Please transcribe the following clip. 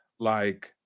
like,